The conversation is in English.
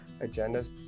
agendas